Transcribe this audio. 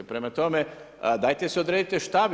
Prema tome, dajte se odredite što bi.